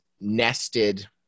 nested